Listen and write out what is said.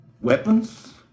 weapons